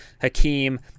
Hakeem